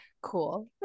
cool